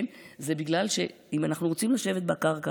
זה בגלל שאם אנחנו רוצים לשבת בקרקע